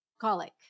colic